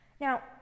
now